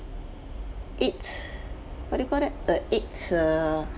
eight what do you call that a eight err